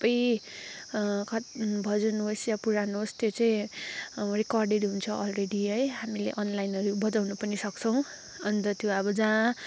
सबै भजन होस् या पुरान होस् त्यो चाहिँ रिकर्डेड हुन्छ अलरेडी है हामीले अनलाइनहरू बजाउनु पनि सक्छौँ अन्त त्यो अब जहाँ